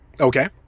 Okay